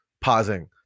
pausing